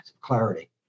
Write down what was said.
clarity